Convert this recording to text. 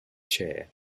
chair